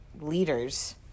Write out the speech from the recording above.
leaders